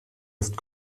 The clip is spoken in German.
ist